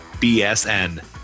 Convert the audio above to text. BSN